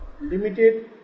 limited